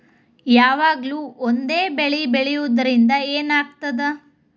ಯಾವಾಗ್ಲೂ ಒಂದೇ ಬೆಳಿ ಬೆಳೆಯುವುದರಿಂದ ಏನ್ ಆಗ್ತದ?